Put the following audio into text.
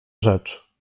rzecz